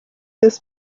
this